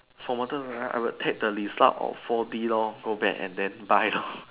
from modern to past I would take the result of four D lor go back and then buy lor